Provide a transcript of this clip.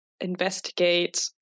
investigate